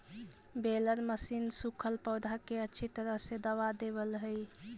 baler machine सूखल पौधा के अच्छी तरह से दबा देवऽ हई